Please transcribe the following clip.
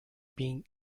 being